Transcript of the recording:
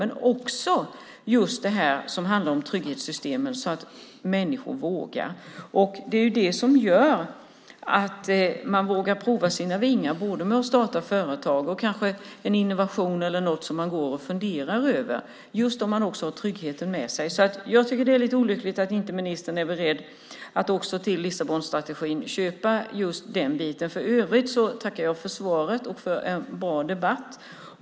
Men också trygghetssystemen har gjort att människor vågat. Om man har tryggheten med sig vågar man pröva sina vingar genom att till exempel starta företag; kanske har man en innovation eller något som man går och funderar över. Det är lite olyckligt att ministern inte är beredd att till Lissabonstrategin foga just den biten. I övrigt tackar jag för svaret och för en bra debatt.